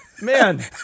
man